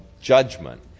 judgment